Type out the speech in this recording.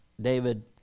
David